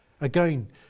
Again